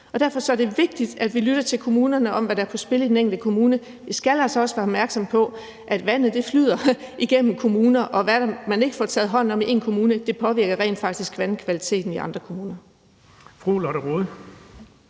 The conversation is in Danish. Derfor er det vigtigt, at vi lytter til kommunerne, i forhold til hvad der er på spil i den enkelte kommune. Vi skal altså også være opmærksomme på, at vandet flyder igennem kommuner, og hvad man ikke får taget hånd om i én kommune, påvirker rent faktisk vandkvaliteten i andre kommuner.